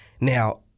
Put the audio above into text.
Now